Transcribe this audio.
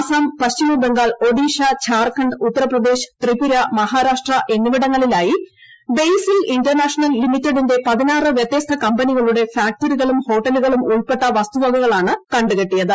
അസ്സം പശ്ചിമബംഗാൾ ഒഡീഷ ഝാർഖണ്ഡ് ഉത്തർപ്രദേശ് ത്രിപുര മഹാരാഷ്ട്ര എന്നിവിടങ്ങളിലായി ബേസിൽ international ലിമിറ്റഡിന്റെ പതിനാറ് വ്യത്യസ്ത കമ്പനികളുടെ ഫാക്ടറികളും ഹോട്ടലുകളും ഉൾപ്പെട്ട വസ്തുവകകളാണ് കണ്ടുകെട്ടിയത്